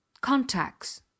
Contacts